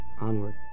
onward